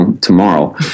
tomorrow